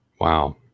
wow